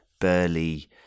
burly